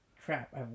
Crap